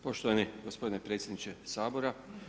Poštovani gospodine predsjedniče Sabora.